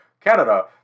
Canada